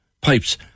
pipes